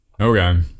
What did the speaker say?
Okay